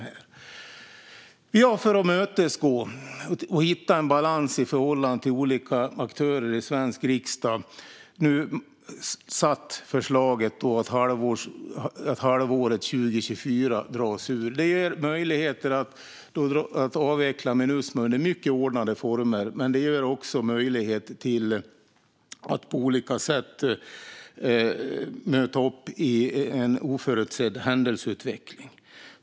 För att tillmötesgå och hitta en balans i Sveriges riksdag i förhållande till olika aktörer har ett förslag lagts fram om ett tillbakadragande halvårsskiftet 2024. Det gör det möjligt att avveckla Minusma under ordnade former, och det gör det möjligt att på olika sätt möta en oförutsedd händelseutveckling.